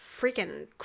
freaking